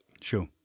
Sure